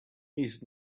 his